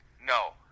No